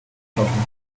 changement